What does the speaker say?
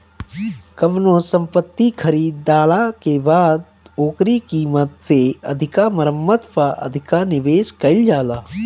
कवनो संपत्ति खरीदाला के बाद ओकरी कीमत से अधिका मरम्मत पअ अधिका निवेश कईल जाला